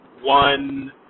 one